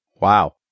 Wow